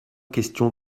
question